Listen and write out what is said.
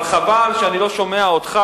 אבל חבל שאני לא שומע אותך,